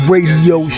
Radio